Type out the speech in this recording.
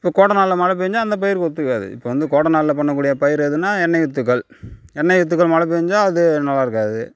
இப்போ கோடை நாளில் மழை பேய்ஞ்சா அந்த பயிருக்கு ஒத்துக்காது இப்போ வந்து கோடை நாளில் பண்ண கூடிய பயிர் எதுனா எண்ணெய் வித்துக்கள் எண்ணெய் வித்துக்கள் மழை பேய்ஞ்சா அது நல்லாயிருக்காது